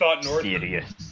serious